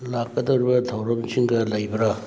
ꯂꯥꯛꯀꯗꯧꯔꯤꯕ ꯊꯧꯔꯝꯁꯤꯡꯒ ꯂꯩꯕ꯭ꯔꯥ